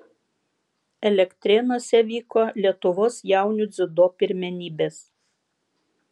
elektrėnuose vyko lietuvos jaunių dziudo pirmenybės